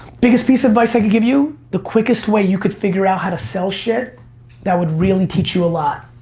biggest piece of advice i can give you, the quickest way you could figure out how to sell shit that would really teach you a lot.